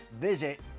visit